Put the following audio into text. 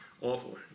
awful